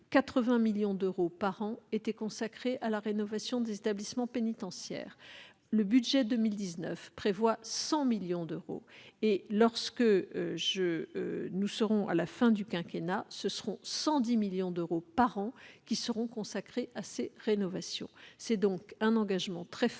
80 millions d'euros par an étaient consacrés à la rénovation des établissements pénitentiaires. Le budget pour 2019 prévoit 100 millions d'euros, et, à la fin du quinquennat, 110 millions d'euros par an seront consacrés à ces rénovations. C'est donc un engagement très fort